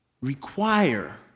require